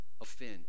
offend